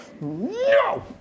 no